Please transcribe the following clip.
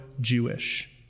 Jewish